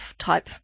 type